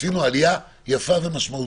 עשינו עלייה יפה ומשמעותית.